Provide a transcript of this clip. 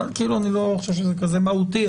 אני לא חושב שזה כזה מהותי,